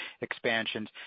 expansions